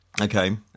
Okay